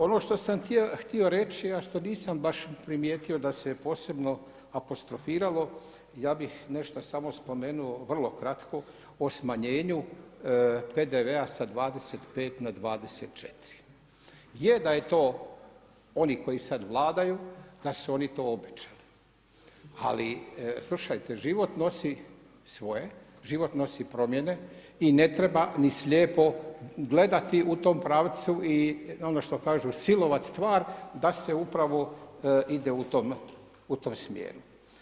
Ono što sam htio reći, a što nisam baš primijetio da se posebno apostrofiralo, ja bih nešto samo spomenuo vrlo kratko o smanjenju PDV-a sa 25 na 24. je da je to oni koji sad vladaju da su oni to obećali, ali slušajte, život nosi svoje, život nosi promjene i ne treba ni slijepo gledati u tom pravcu i ono što kažu silovat stvar da se upravo ide u tom smjeru.